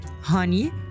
honey